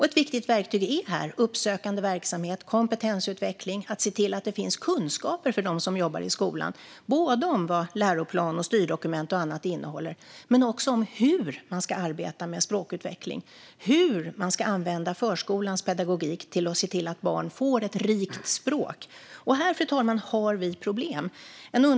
Ett viktigt sådant verktyg är uppsökande verksamhet och kompetensutveckling, att se till att det finns kunskaper för dem som jobbar i skolan - både om vad läroplan, styrdokument och annat innehåller och om hur man ska arbeta med språkutveckling och använda förskolans pedagogik till att se till att barn får ett rikt språk. Här, fru talman, har vi problem.